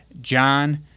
John